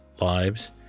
lives